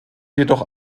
jedoch